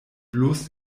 bloß